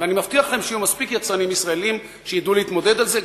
ואני מבטיח לכם שיהיו מספיק יצרנים ישראלים שידעו להתמודד על זה,